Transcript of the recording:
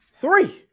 Three